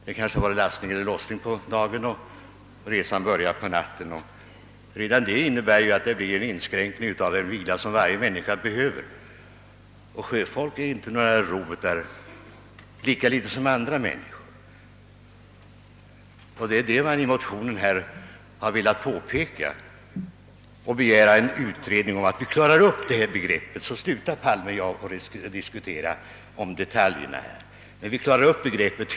Det kan ha varit lastning eller lossning under dagen varefter resan börjar på natten, och redan detta innebär ju en minskning av den tid för vila som varje människa behöver, ty sjömän är inte några robotar lika litet som andra människor. Man har velat påpeka just detta i motionen och har begärt en utredning för att klara upp begreppen. Då skulle ju herr Palme och jag kunna sluta diskussionen om detaljerna.